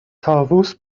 طاووس